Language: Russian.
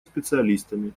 специалистами